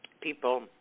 people